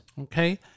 okay